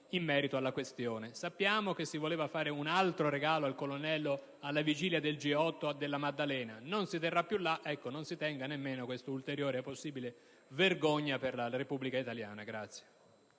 in merito alla questione. Sappiamo che si voleva fare un altro regalo al colonnello alla vigilia del G8 della Maddalena. Non si terrà più là. Non si compia nemmeno questa ulteriore possibile vergogna per la Repubblica italiana!